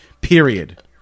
Period